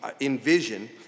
envision